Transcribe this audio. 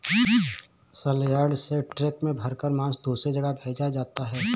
सलयार्ड से ट्रक में भरकर मांस दूसरे जगह भेजा जाता है